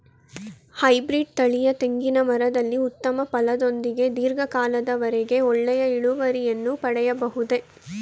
Hybrid ತಳಿಯ ತೆಂಗಿನ ಮರದಲ್ಲಿ ಉತ್ತಮ ಫಲದೊಂದಿಗೆ ಧೀರ್ಘ ಕಾಲದ ವರೆಗೆ ಒಳ್ಳೆಯ ಇಳುವರಿಯನ್ನು ಪಡೆಯಬಹುದೇ?